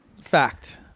fact